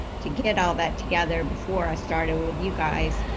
to get all that together, before i started with you guys,